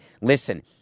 Listen